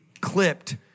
clipped